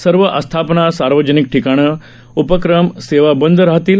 सर्व आस्थापना सार्वजनिक ठिकाणं उपक्रम सेवा बंद राहतील